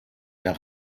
der